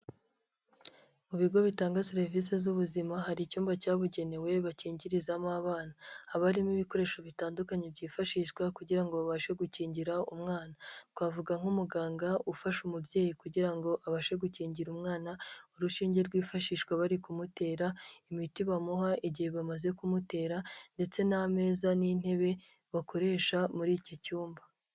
Mu bigo bitanga serivisi z'ubuzima, hari icyumba cyabugenewe bakingirizamo abana. Haba harimo ibikoresho bitandukanye byifashishwa kugira ngo babashe gukingira umwana. Twavuga nk'umuganga ufasha umubyeyi kugira ngo abashe gukingira umwana, urushinge rwifashishwa bari kumutera, imiti bamuha igihe bamaze kumutera, ndetse n'ameza n'intebe bakoresha muri iki cyumba.